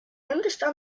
understand